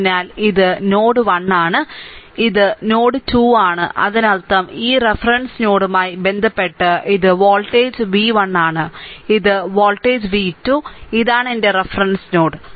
അതിനാൽ ഇത് നോഡ് 1 ആണ് ഇത് നോഡ് 2 ആണ് അതിനർത്ഥം ഈ റഫറൻസ് നോഡുമായി ബന്ധപ്പെട്ട് ഇത് വോൾട്ടേജ് v 1 ആണ് ഇത് വോൾട്ടേജ് v 2 ഇതാണ് എന്റെ റഫറൻസ് നോഡ്